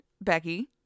Becky